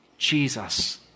Jesus